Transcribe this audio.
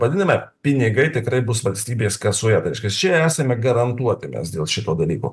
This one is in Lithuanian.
padidiname pinigai tikrai bus valstybės kasoje tai reiškias čia esame garantuoti mes dėl šito dalyko